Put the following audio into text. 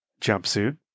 jumpsuit